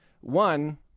One